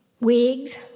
Wigs